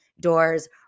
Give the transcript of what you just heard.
doors